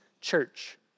church